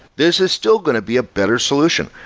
this is still going to be a better solution.